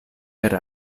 per